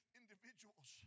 individuals